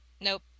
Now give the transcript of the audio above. Nope